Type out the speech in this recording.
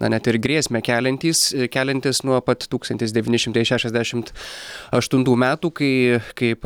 na net ir grėsmę keliantys keliantis nuo pat tūkstantis devyni šimtai šešiasdešimt aštuntų metų kai kaip